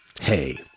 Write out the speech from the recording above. Hey